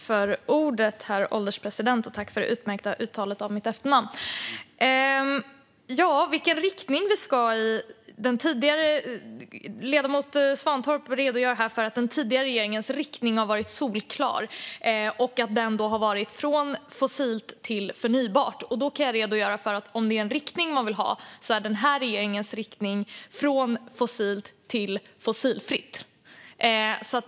Herr ålderspresident! Tack för det utmärkta uttalet av mitt efternamn! Det ställdes en fråga om i vilken riktning vi ska gå. Ledamoten Svantorp redogör här för att den tidigare regeringens riktning har varit solklar och att den har varit från fossilt till förnybart. Om det är en riktning man vill ha är den här regeringens riktning från fossilt till fossilfritt.